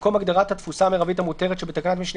במקום הגדרת "התפוסה המרבית המותרת" שבתקנת משנה